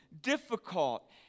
difficult